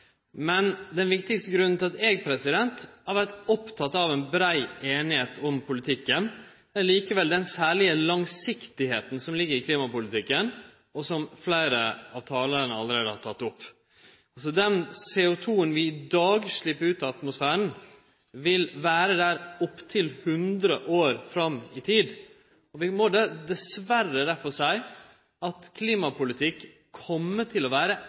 men den viktigaste grunnen til at eg har vore oppteken av ei brei semje om politikken, er likevel den særlege planlegginga på lang sikt som ligg i klimapolitikken, og som fleire av talarane allereie har teke opp. Den CO2-en som vi i dag slepper ut i atmosfæren, vil vere der opptil 100 år fram i tid. Vi må dessverre derfor seie at klimapolitikken kjem til å vere